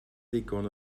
ddigon